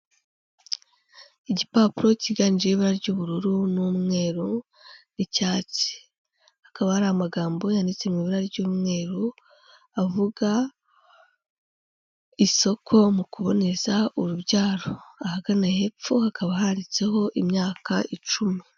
Igipapuro cyiganjeho ibara ry'ubururu n'umweru n'icyatsi, hakaba hari amagambo yanditse mu ibura ry'umweru avuga isoko mu kuboneza urubyaro, ahagana hepfo hakaba handitseho imyaka icumi.